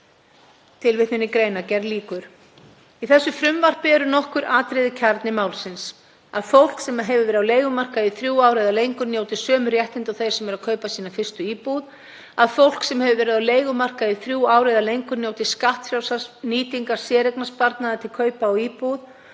íbúðarkaup þeirra að ræða. Í þessu frumvarpi eru nokkur atriði kjarni málsins; að fólk sem hefur verið á leigumarkaði í þrjú ár eða lengur njóti sömu réttinda og þeir sem eru að kaupa sína fyrstu íbúð, að fólk sem hefur verið á leigumarkaði í þrjú ár eða lengur njóti skattfrjálsrar nýtingar séreignarsparnaðar til kaupa á íbúð